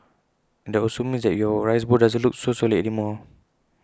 and that also means that your rice bowl doesn't look so solid anymore